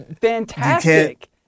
fantastic